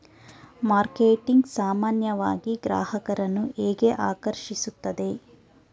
Marketing ಸಾಮಾನ್ಯವಾಗಿ ಗ್ರಾಹಕರನ್ನು ಹೇಗೆ ಆಕರ್ಷಿಸುತ್ತದೆ?